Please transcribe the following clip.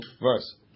verse